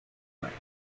cuerpo